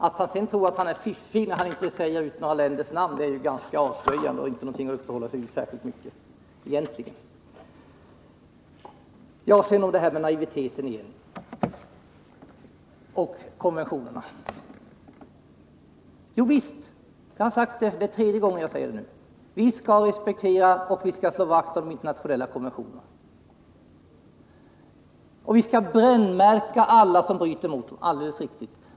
Att han sedan tror att han är fiffig när han inte uttalar några speciella länders namn är ganska avslöjande och egentligen inte något att uppehålla sig särskilt mycket vid. Sedan om naivitet och konventioner igen: Jovisst skall vi — det har jag sagt förut, och det är tredje gången jag säger det nu — respektera och slå vakt om internationella konventioner. Vi skall brännmärka alla som bryter mot dem.